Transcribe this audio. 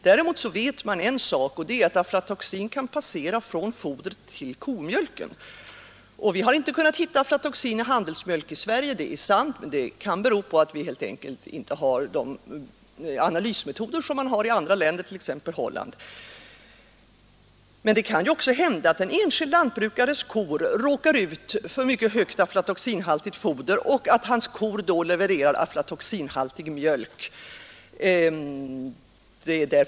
Däremot vet man en sak, nämligen att aflatoxin kan passera från fodret till komjölken. Vi har inte kunnat hitta aflatoxin i handelsmjölk i Sverige — det är sant — men det kan bero på att vi helt enkelt inte har de analysmetoder man har i andra länder, exempelvis Holland. Men det kan också hända att en enskild lantbrukares kor råkar ut för foder med mycket hög aflatoxinhalt och att hans kor då levererar aflatoxinhaltig mjölk.